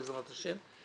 בעזרת השם,